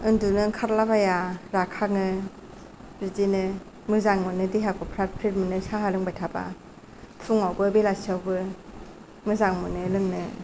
उन्दुनो ओंखारला बाया राखाङो बिदिनो मोजां मोनो देहाखौ फ्राथ फ्रिथ मोनो साहा लोंबाय थाबा फुंआवबो बेलासिआवबो मोजां मोनो लोंनो